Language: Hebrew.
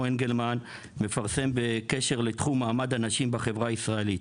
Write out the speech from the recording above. אנגלמן מפרסם בקשר לתחום מעמד הנשים בחברה הישראלית.